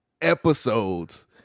Episodes